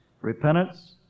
Repentance